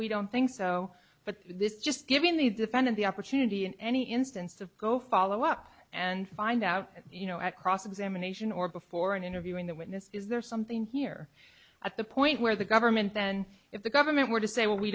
we don't think so but this is just giving the defendant the opportunity in any instance to go follow up and find out you know at cross examination or before interviewing the witness is there something here at the point where the government then if the government were to say well we